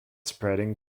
spreading